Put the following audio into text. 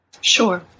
Sure